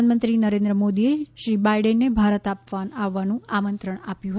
પ્રધાનમંત્રી નરેન્દ્ર મોદીએ શ્રી બાઇડેનને ભારત આવવાનું આમંત્રણ આપ્યું હતું